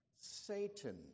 Satan